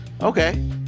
Okay